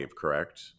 correct